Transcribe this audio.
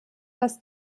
was